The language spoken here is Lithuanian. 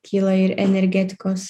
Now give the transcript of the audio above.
kyla ir energetikos